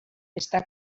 està